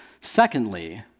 Secondly